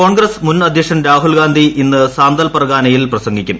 കോൺഗ്രസ് മുൻ അധ്യക്ഷൻ രാഹുൽഗാന്ധി ഇന്ന് സാന്തൽ പർഗാനയിൽ പ്രസംഗിക്കും